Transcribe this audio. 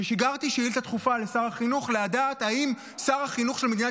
ששיגרתי שאילתה דחופה לשר החינוך לדעת אם שר החינוך של מדינת